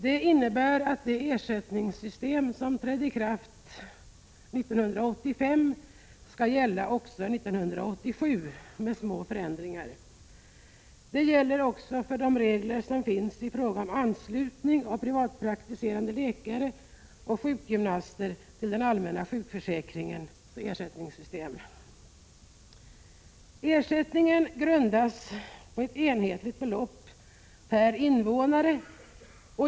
Det innebär att det ersättningssystem som trädde i kraft 1985 skall gälla också 1987, med små förändringar. Det gäller också de regler som finns i fråga om anslutning av privatpraktiserande läkare och sjukgymnaster till den allmänna sjukförsäkringens ersättningssystem. Ersättningen grundas på ett enhetligt belopp per invånare.